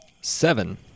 Seven